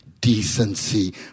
decency